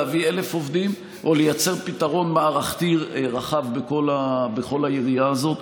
להביא 1,000 עובדים או לייצר פתרון מערכתי רחב בכל היריעה הזאת.